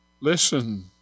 Listen